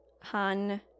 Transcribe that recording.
Han